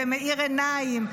מאיר עיניים ומסביר,